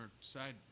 side